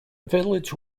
village